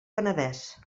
penedès